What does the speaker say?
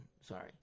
Sorry